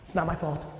not my fault.